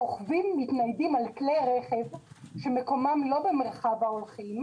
הרוכבים מתניידים על כלי רכב שמקומם לא במרחב ההולכים,